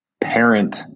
parent